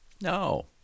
No